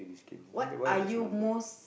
what are you most